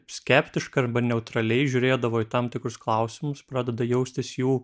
skeptiškai arba neutraliai žiūrėdavo į tam tikrus klausimus pradeda jaustis jų